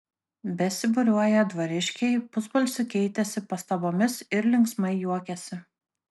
besibūriuoją dvariškiai pusbalsiu keitėsi pastabomis ir linksmai juokėsi